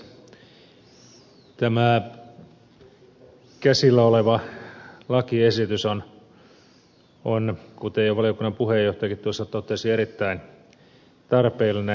tämä käsillä oleva lakiesitys on kuten jo valiokunnan puheenjohtajakin totesi erittäin tarpeellinen